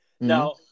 now